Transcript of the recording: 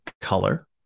color